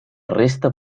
resta